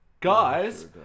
Guys